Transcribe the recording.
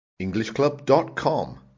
Englishclub.com